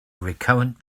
recurrent